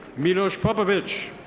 miros popovic.